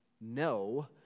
no